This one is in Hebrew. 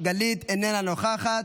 גלית איננה נוכחת.